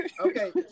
Okay